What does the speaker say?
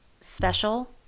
special